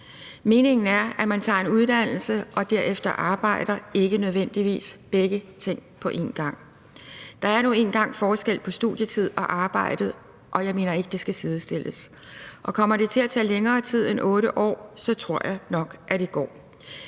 Meningen er, at man tager en uddannelse og derefter arbejder – ikke nødvendigvis begge ting på én gang. Der er nu engang forskel på studietid og arbejde, og jeg mener ikke, at de to ting skal sidestilles. Og kommer det til at tage længere tid end 8 år, tror jeg nok, at det går.